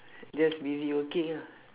just busy working ah